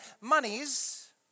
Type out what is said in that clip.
monies